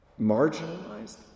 marginalized